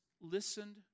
listened